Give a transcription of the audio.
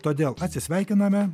todėl atsisveikiname